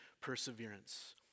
perseverance